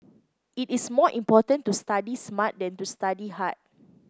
it is more important to study smart than to study hard